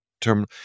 terminal